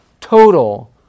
total